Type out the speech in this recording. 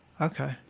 Okay